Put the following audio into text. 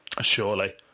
surely